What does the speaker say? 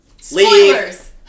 Spoilers